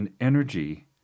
energy